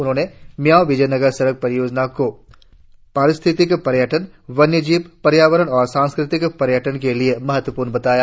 उन्होंने मियाओ विजयनगर सड़क परियोजनाओं को पारिस्थितिक पर्यटन वन्य जीव पर्यावरण और सांस्कृतिक पर्यटन के लिए महत्वपूर्ण बताया